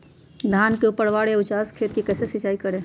धान के ऊपरवार या उचास खेत मे कैसे सिंचाई करें?